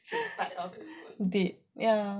dead ya